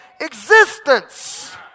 existence